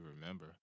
remember